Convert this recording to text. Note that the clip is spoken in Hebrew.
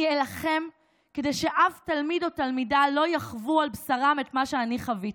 אני אילחם כדי שאף תלמיד או תלמידה לא יחוו על בשרם את מה שאני חוויתי.